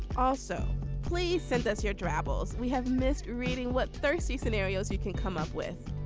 also please send us your travels. we have missed reading what thirsty scenarios you can come up with.